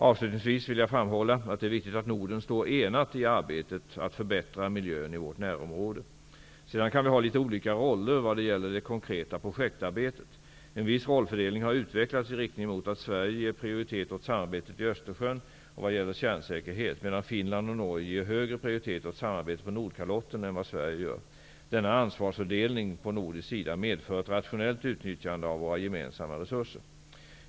Avslutningsvis vill jag framhålla att det är viktigt att Norden står enat i arbetet att förbättra miljön i vårt närområde. Sedan kan vi ha litet olika roller vad gäller det konkreta projektarbetet. En viss rollfördelning har utvecklats i riktning mot att Sverige ger prioritet åt samarbetet i Östersjön och vad gäller kärnsäkerhet medan Finland och Norge ger högre prioritet åt samarbetet på Nordkalotten än vad Sverige gör. Denna ansvarsfördelning på nordisk sida medför ett rationellt utnyttjande av våra gemensamma resurser.